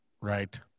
right